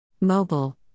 mobile